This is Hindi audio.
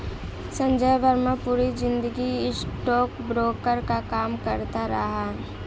संजय वर्मा पूरी जिंदगी स्टॉकब्रोकर का काम करता रहा